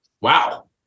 wow